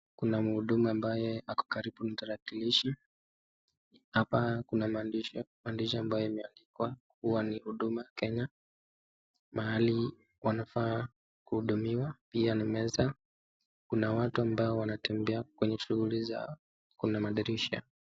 Kuna mhudumu ambaye ako karibu na mtarakilishi, hapa kuna maadishi, maandishi ambayo imeendikwa kuwa ni huduma Kenya mahali wanafaa kuhudumiwa pia ni meza, kuna watu ambao wanatembea kwenye shuguli zao kuna madirisha.